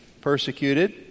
persecuted